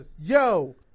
Yo